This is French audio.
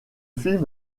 film